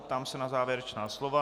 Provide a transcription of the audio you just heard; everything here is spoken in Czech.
Ptám se na závěrečná slova.